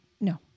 No